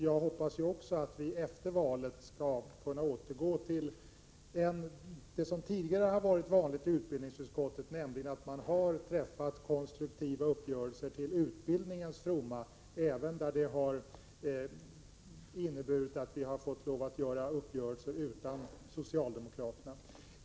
Jag hoppas också att vi efter valet skall kunna återgå till det som tidigare varit vanligt i utbildningsutskottet, nämligen att man har träffat konstruktiva uppgörelser till utbildningens fromma även då det har inneburit att vi har fått lov att träffa uppgörelser utan socialdemokraterna.